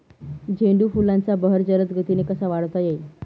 झेंडू फुलांचा बहर जलद गतीने कसा वाढवता येईल?